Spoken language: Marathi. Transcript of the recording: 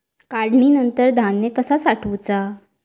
काढणीनंतर धान्य कसा साठवुचा?